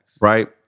Right